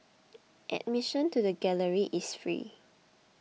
admission to the galleries is free